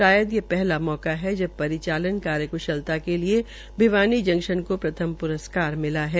शायद ये पहला मौका है जब परिचालान कार्य क्शलता के लिये भिवानी जंक्शन को प्रथम पुरस्कार मिला है